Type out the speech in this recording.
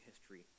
history